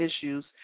issues